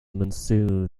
monsoon